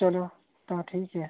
चलो तां ठीक ऐ